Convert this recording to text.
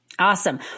Awesome